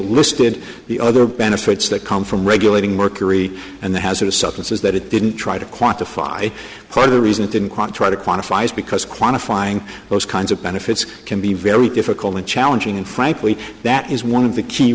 listed the other benefits that come from regulating mercury and the hazardous substances that it didn't try to quantify cause of the reason it didn't quite try to quantify it because quantifying those kinds of benefits can be very difficult and challenging and frankly that is one of the key